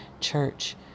church